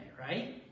right